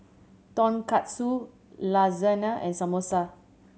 Tonkatsu Lasagne and Samosa